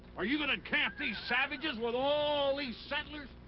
are you going to encamp these savages with all these settlers?